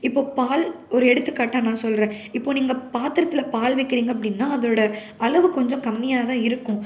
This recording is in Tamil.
இப்போது பால் ஒரு எடுத்துக்காட்டாக நான் சொல்கிறேன் இப்போது நீங்கள் பாத்திரத்தில் பால் வைக்கிறீங்க அப்படின்னா அதோடய அளவு கொஞ்சம் கம்மியாக தான் இருக்கும்